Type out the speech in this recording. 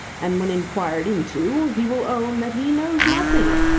and, when inquired into, he will own that he knows nothing.